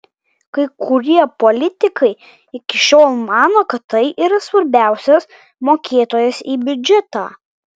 kai kurie politikai iki šiol mano kad tai yra svarbiausias mokėtojas į biudžetą